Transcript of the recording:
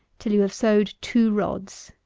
till you have sowed two rods.